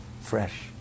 fresh